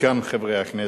זקן חברי הכנסת.